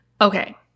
Okay